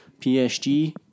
psg